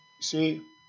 See